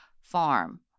farm